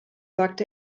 sagt